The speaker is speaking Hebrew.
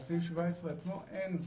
על סעיף 17 עצמו אין קנס.